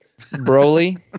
Broly